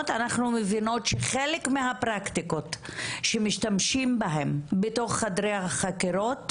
אנחנו מבינות שחלק מהפרקטיקות שמשתמשים בהן בתוך חדרי החקירות,